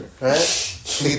right